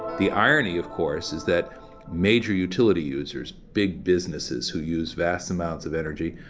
the irony of course is that major utility users, big businesses who used vast amounts of energy.